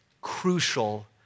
crucial